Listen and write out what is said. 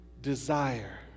desire